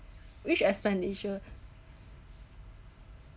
which expenditure